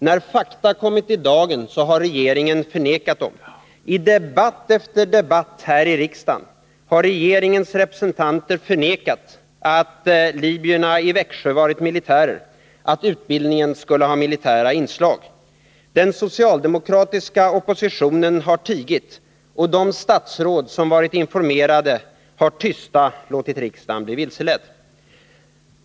När fakta kommit i dagen har regeringen förnekat dem. I debatt efter debatt här i riksdagen har regeringens representanter förnekat att libyerna i Växjö varit militärer, att utbildningen skulle ha militära inslag. Den socialdemokratiska oppositionen har tigit. De statsråd som varit informerade har tysta låtit riksdagen bli vilseledd.